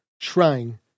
trying